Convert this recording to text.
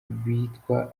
bitwa